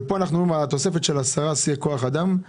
וכאן אנחנו אומרים תוספת של 10 שיא כוח אדם,